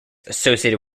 associated